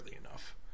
enough